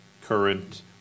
current